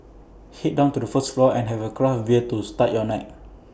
Head down to the first floor and have A craft bear to start your night